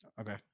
okay